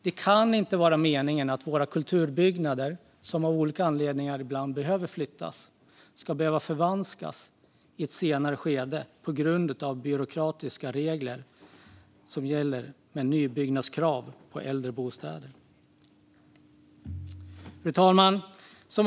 Det kan inte vara meningen att våra kulturbyggnader, som av olika anledningar ibland behöver flyttas, ska behöva förvanskas i ett senare skede på grund av byråkratiska regler med nybyggnadskrav på äldre bostäder. Fru talman!